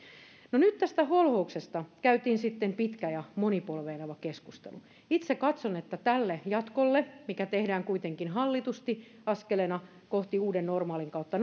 no nyt tästä holhouksesta käytiin sitten pitkä ja monipolveileva keskustelu itse katson että tälle jatkolle mikä tehdään kuitenkin hallitusti askeleena uuden normaalin kautta